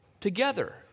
together